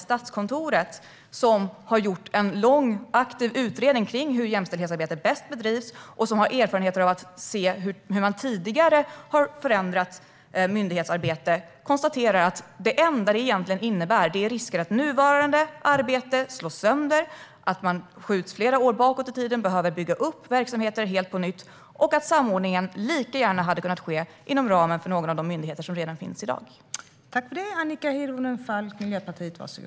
Statskontoret, som har gjort en omfattande utredning om hur jämställdhetsarbetet bäst bedrivs och som har erfarenheter av hur man tidigare har förändrat myndighetsarbete, konstaterar att det enda som detta egentligen innebär är att det finns risk för att nuvarande arbete slås sönder, att man skjuts flera år tillbaka i tiden och behöver bygga upp verksamheter helt på nytt och att samordningen lika gärna hade kunnat ske inom ramen för någon av de myndigheter som redan finns i dag.